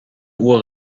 uhr